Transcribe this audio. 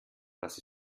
das